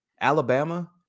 Alabama